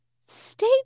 stay